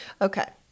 Okay